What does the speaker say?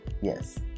Yes